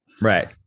Right